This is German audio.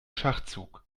schachzug